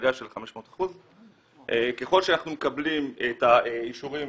עלייה של 500%. ככל שאנחנו מקבלים את האישורים